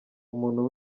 umuntu